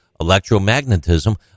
electromagnetism